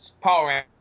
power